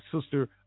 sister